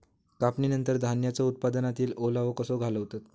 कापणीनंतर धान्यांचो उत्पादनातील ओलावो कसो घालवतत?